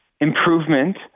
improvement